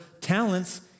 talents